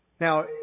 Now